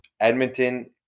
Edmonton